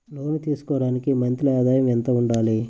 లోను తీసుకోవడానికి మంత్లీ ఆదాయము ఎంత ఉండాలి?